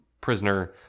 prisoner